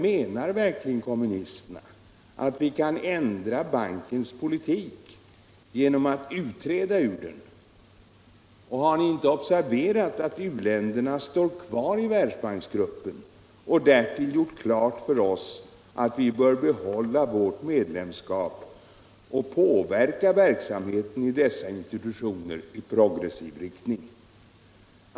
Menar verkligen kommunisterna att vi kan ändra bankens politik genom att utträda ur den? Har ni inte observerat att u-länderna står kvar i Världsbanksgruppen och därtill har gjort klart för oss att vi bör behålla vårt medlemskap och påverka verksamheten i dessa institutioner i progressiv riktning?